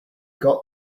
got